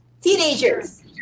Teenagers